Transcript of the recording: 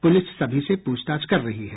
police सभी से पूछताछ कर रही है